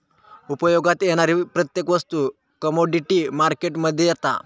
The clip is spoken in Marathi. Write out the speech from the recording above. उपयोगात येणारी प्रत्येक वस्तू कमोडीटी मार्केट मध्ये येता